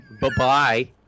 Bye-bye